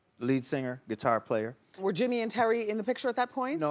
lead singer, guitar player. were jimmy and terry in the picture at that point? no,